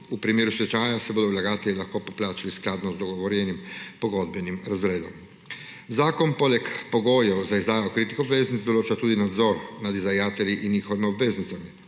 V primeru stečaja se bodo vlagatelji lahko poplačali skladno z dogovorjenim pogodbenim razredom. Zakon poleg pogojev za izdajo kritih obveznic določa tudi nadzor nad izdajatelji in njihovimi obveznicami.